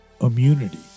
immunity